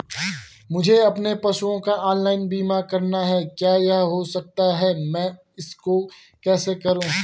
मुझे अपने पशुओं का ऑनलाइन बीमा करना है क्या यह हो सकता है मैं इसको कैसे करूँ?